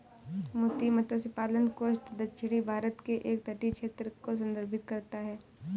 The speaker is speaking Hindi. मोती मत्स्य पालन कोस्ट दक्षिणी भारत के एक तटीय क्षेत्र को संदर्भित करता है